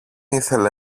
ήθελε